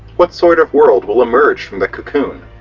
what sort of world will emerge from the cocoon?